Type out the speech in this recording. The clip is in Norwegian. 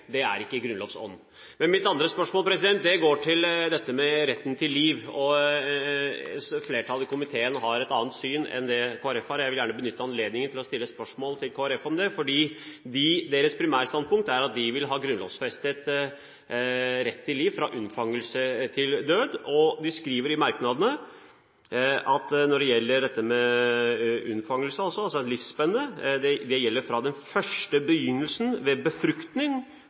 Det er ikke i Grunnlovens ånd. Mitt andre spørsmål går på dette med retten til liv: Flertallet i komiteen har et annet syn enn det Kristelig Folkeparti har, og jeg vil gjerne benytte anledningen til å stille spørsmål til Kristelig Folkeparti om det: Deres primærstandpunkt er at de vil ha en grunnlovfestet rett til liv fra unnfangelse til død. De skriver i merknadene om livsspennet at det gjelder « fra den første begynnelse ved befruktning